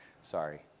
sorry